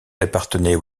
appartenaient